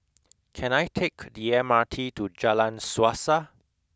can I take the M R T to Jalan Suasa